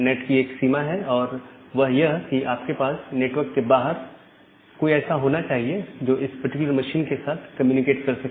NAT की एक सीमा है और वह यह कि आपके पास नेटवर्क के बाहर कोई ऐसा होना चाहिए जो इस पर्टिकुलर मशीन के साथ कम्युनिकेट कर सके